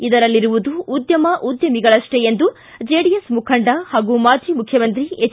ಇದರಲ್ಲಿರುವುದು ಉದ್ಯಮ ಉದ್ಯಮಿಗಳಷ್ಟೇ ಎಂದು ಜೆಡಿಎಸ್ ಮುಖಂಡ ಮತ್ತು ಮಾಜಿ ಮುಖ್ಯಮಂತ್ರಿ ಎಚ್